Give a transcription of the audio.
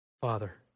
Father